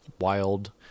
wild